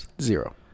Zero